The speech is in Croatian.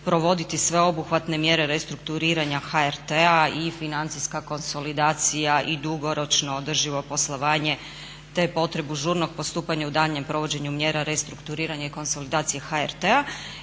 provoditi sveobuhvatne mjere restrukturiranja HRT-a i financijska konsolidacija i dugoročno održivo poslovanje, te potrebu žurnog postupanja u daljnjem provođenju mjera restrukturiranja i konsolidacije HRT-a